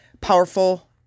powerful